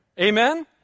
Amen